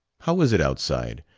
how is it outside?